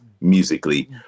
musically